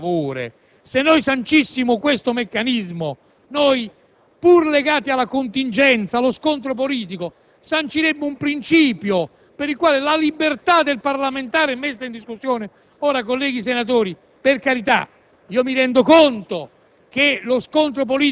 dell'economia, deve prima chiarire questo equivoco. Ma per favore, se noi sancissimo questo meccanismo, seppure legati alla contingenza, allo scontro politico, sanciremmo un principio per il quale la libertà del parlamentare è messa in discussione. Colleghi senatori, per carità,